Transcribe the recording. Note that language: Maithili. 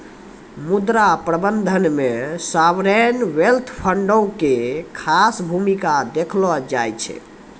मुद्रा प्रबंधन मे सावरेन वेल्थ फंडो के खास भूमिका देखलो जाय छै